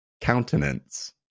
Countenance